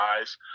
eyes